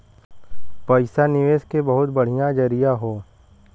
पइसा निवेस के बहुते बढ़िया जरिया हौ